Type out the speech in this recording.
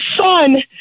son